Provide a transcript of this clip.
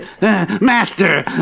Master